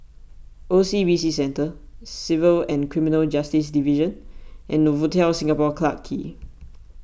O C B C Centre Civil and Criminal Justice Division and Novotel Singapore Clarke Quay